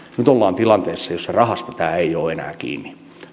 nyt ollaan tilanteessa jossa rahasta tämä ei ole enää kiinni